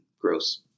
gross